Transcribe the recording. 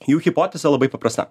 jų hipotezė labai paprasta